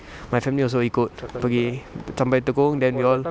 my family also ikut pergi sampai tekong and then they all